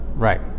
Right